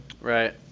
Right